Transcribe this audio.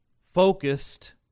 focused